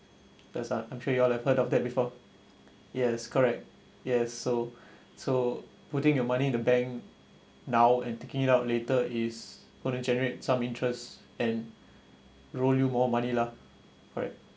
that's uh I'm sure you all like heard of that before yes correct yes so so putting your money in the bank now and taking it out later is going to generate some interests and roll you money lah correct